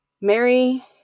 Mary